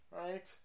right